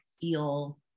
feel